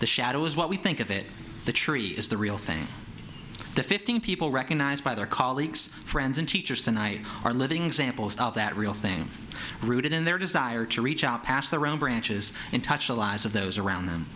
the shadow is what we think of it the tree is the real thing the fifteen people recognized by their colleagues friends and teachers tonight are living examples of that real thing rooted in their desire to reach out past their own branches and touch the lives of those around them